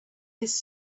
his